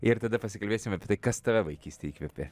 ir tada pasikalbėsim apie tai kas tave vaikystėj įkvėpė